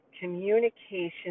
communication